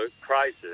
crisis